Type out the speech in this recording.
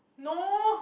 no